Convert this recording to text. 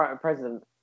president